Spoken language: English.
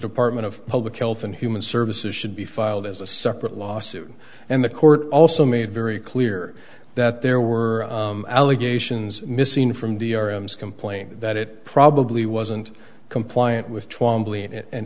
department of public health and human services should be filed as a separate lawsuit and the court also made very clear that there were allegations missing from the arms complaint that it probably wasn't compliant with and